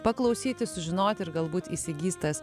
paklausyti sužinoti ir galbūt įsigys tas